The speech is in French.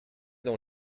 dans